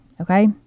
okay